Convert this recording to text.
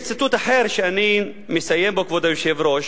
יש ציטוט אחר, שאני מסיים בו, כבוד היושב-ראש.